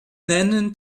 nennen